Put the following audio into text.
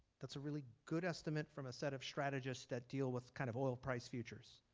that's a really good estimate from a set of strategists that deal with kind of oil price futures.